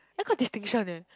I got distinction eh